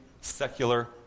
secular